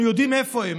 אנחנו יודעים איפה הן.